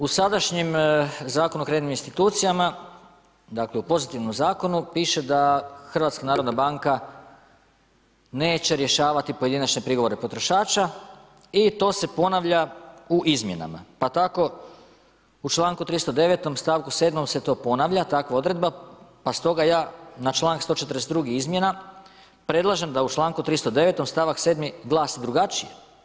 U sadašnjem Zakonu o kreditnim institucijama, dakle u pozitivnom zakonu piše da Hrvatska narodna banka neće rješavati pojedinačne prigovore potrošača i to se ponavlja u izmjenama, pa tako u članku 309. stavku 7. se to ponavlja, takva odredba, pa stoga ja na članak 142. izmjena predlažem da u članku 309. stavak 7. glasi drugačije.